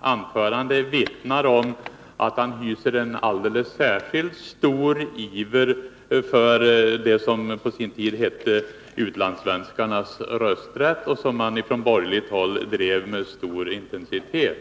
anförande vittnar om att han hyser en alldeles särskilt stor iver för den fråga som på sin tid kallades utlandssvenskarnas rösträtt och som man på borgerligt håll drev med stor intensitet.